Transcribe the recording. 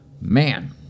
Man